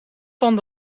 van